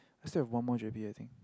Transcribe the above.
I still have one more GERPE I think